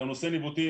נושא ניווטים,